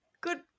good